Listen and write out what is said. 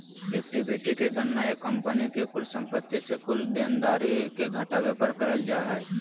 equity के गणना एक कंपनी के कुल संपत्ति से कुल देनदारी के घटावे पर करल जा हय